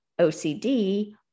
OCD